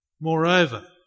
Moreover